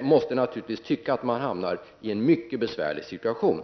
måste naturligtvis tycka att man hamnar i en mycket besvärlig situation.